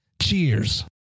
Cheers